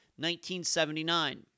1979